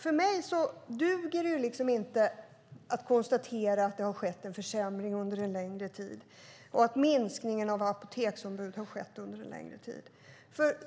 För mig duger det inte att konstatera att det har skett en försämring under en längre tid - att minskningen av apoteksombud har skett under en längre tid.